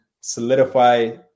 solidify